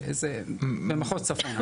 זה יהיה במחוז צפון,